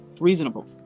reasonable